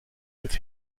with